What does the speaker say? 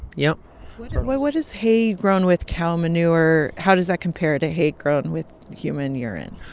yup what what does hay grown with cow manure how does that compare to hay grown with human urine?